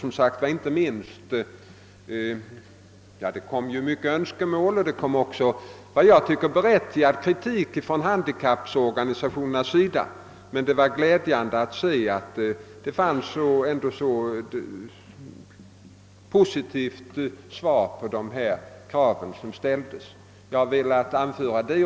Det framfördes också många önskemål och i mitt tycke även berättigad kri tik från handikapporganisationerna. Det var dock glädjande att se att de krav som framfördes fick ett så positivt mottagande. Jag har velat anföra detta för att bilden inte skall te sig alltför dyster.